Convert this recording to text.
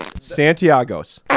Santiago's